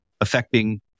affecting